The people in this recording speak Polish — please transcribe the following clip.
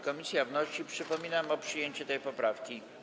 Komisja wnosi, przypominam, o przyjęcie tej poprawki.